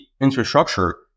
infrastructure